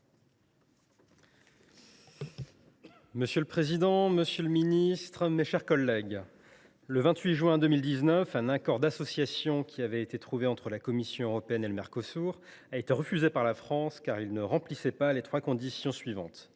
Monsieur le président, monsieur le ministre, mes chers collègues, le 28 juin 2019, l’accord d’association qui a été trouvé entre la Commission européenne et le Mercosur a été refusé par la France, car il ne remplissait pas les trois conditions suivantes